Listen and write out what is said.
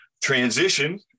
transition